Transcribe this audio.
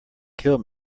kill